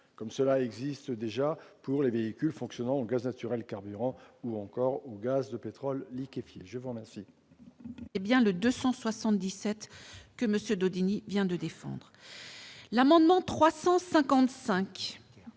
comme cela existe déjà pour les véhicules fonctionnant au gaz naturel carburant ou au gaz de pétrole liquéfié. La parole